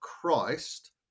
Christ